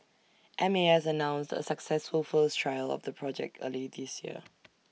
M A S announced A successful first trial of the project early this year